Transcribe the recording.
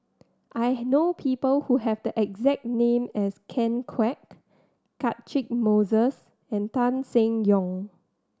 I know people who have the exact name as Ken Kwek Catchick Moses and Tan Seng Yong